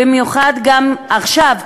במיוחד גם עכשיו,